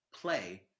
play